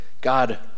God